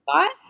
thought